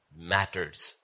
Matters